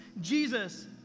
Jesus